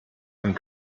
einen